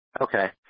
Okay